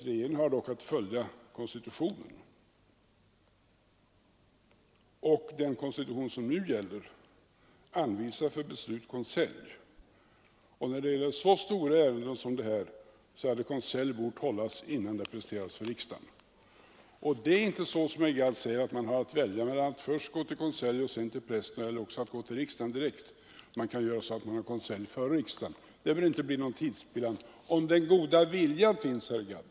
Regeringen har dock att följa konstitutionen, och den konstitution som nu gäller anvisar för beslut konselj. När det gäller så stora ärenden som detta hade konselj bort hållas innan ärendet presenterades för riksdagen. Det är inte så som herr Gadd säger att man har att välja mellan att först gå till konselj och sedan till pressen eller att gå till riksdagen direkt. Man kan ha en konselj före riksdagens behandling. Det behöver inte bli någon tidspillan — om den goda viljan finns, herr Gadd!